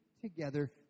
together